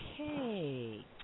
Okay